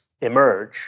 emerge